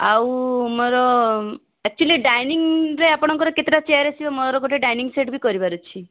ଆଉ ମୋର ଏକଚୌଲି ଡାଇନିଙ୍ଗ ରେ ଆପଣଙ୍କର କେତେଟା ଚେୟାର୍ ଆସିବ ମୋର ଗୋଟେ ଡାଇନିଙ୍ଗ ସେଟ୍ ବି କରିବାର ଅଛି